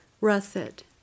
Russet